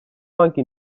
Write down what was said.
anki